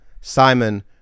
Simon